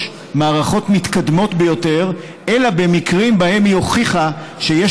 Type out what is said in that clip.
מערכות מתקדמות ביותר אלא במקרים שבהם היא הוכיחה שיש